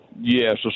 Yes